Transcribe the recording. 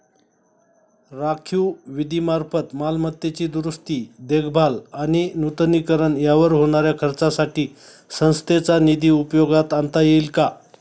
राखीव निधीमार्फत मालमत्तेची दुरुस्ती, देखभाल आणि नूतनीकरण यावर होणाऱ्या खर्चासाठी संस्थेचा निधी उपयोगात आणता येईल का?